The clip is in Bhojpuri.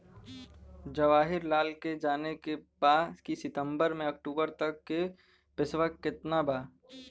जवाहिर लाल के जाने के बा की सितंबर से अक्टूबर तक के पेसवा कितना बा?